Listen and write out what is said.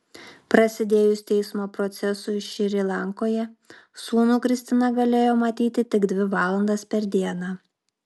prasidėjus teismo procesui šri lankoje sūnų kristina galėjo matyti tik dvi valandas per dieną